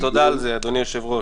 ותודה על זה, אדוני היושב-ראש.